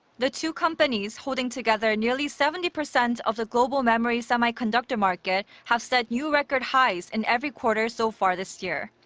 the two companies, holding together nearly seventy percent of the global memory semiconductor market. have set new record highs in every quarter so far this year.